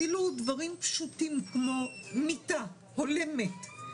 אפילו דברים פשוטים כמו מיטה הולמת.